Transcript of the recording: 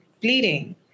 bleeding